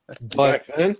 But-